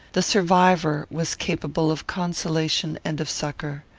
the survivor was capable of consolation and of succour.